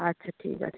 আচ্ছা ঠিক আছে